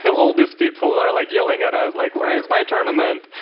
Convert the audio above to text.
so all these people are like yelling at us like where is my tournament,